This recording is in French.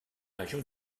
région